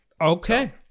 Okay